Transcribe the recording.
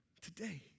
Today